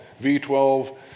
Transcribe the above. V12